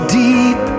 deep